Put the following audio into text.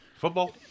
football